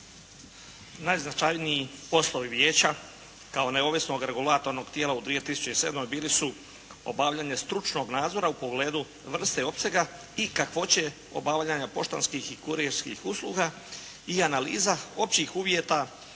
Najznačajniji poslovi Vijeća kao neovisnog regulatornog tijela u 2007. bili su obavljanje stručnog nadzora u pogledu vrste, opsega i kakvoće obavljanja poštanskih i kurirskih usluga i analiza općih uvjeta